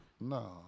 No